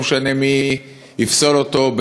לא משנה מי יפסול אותו,